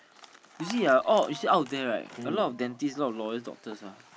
you see ah all you see out of them right a lot of dentists a lot of lawyers doctors ah